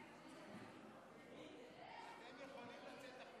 שנחקק אך לפני זמן קצר,